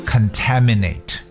Contaminate